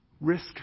Risk